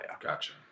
Gotcha